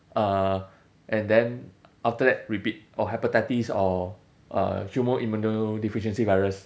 uh and then after that rabies or hepatitis or uh human immunodeficiency virus